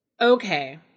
Okay